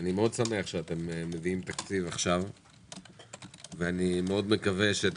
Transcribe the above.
אני שמח מאוד שאתם מביאים תקציב עכשיו ואני מקווה מאוד שאת